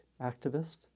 activist